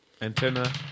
Antenna